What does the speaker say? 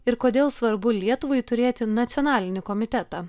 ir kodėl svarbu lietuvai turėti nacionalinį komitetą